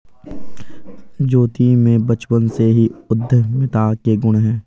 ज्योति में बचपन से ही उद्यमिता के गुण है